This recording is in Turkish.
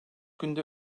günde